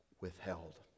withheld